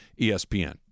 ESPN